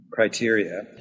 criteria